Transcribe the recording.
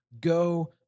go